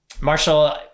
Marshall